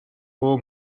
vol